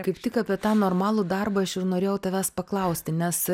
kaip tik apie tą normalų darbą aš ir norėjau tavęs paklausti nes